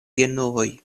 genuoj